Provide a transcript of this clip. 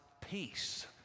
peace